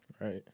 Right